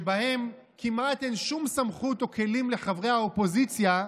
שבהן כמעט אין שום סמכות או כלים לחברי האופוזיציה,